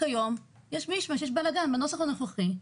כיום יש משמש, יש בלגן בנוסח הנוכחי.